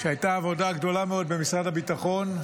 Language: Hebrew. שהייתה עבודה גדולה מאוד במשרד הביטחון,